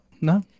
No